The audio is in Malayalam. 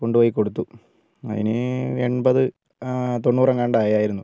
കൊണ്ടുപോയി കൊടുത്തു അതിന് എൺപത് തൊണ്ണൂറ് എങ്ങാണ്ട് ആയിരുന്നു